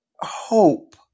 hope